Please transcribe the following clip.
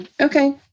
okay